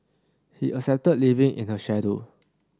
he accepted living in her shadow